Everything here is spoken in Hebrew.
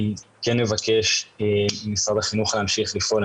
אני כן מבקש ממשרד החינוך להמשיך לפעול.